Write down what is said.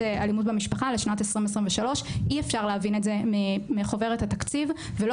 אלימות במשפחה בשנת 2023 אי אפשר להבין את זה מחוברת התקציב ולא